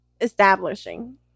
establishing